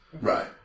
Right